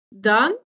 done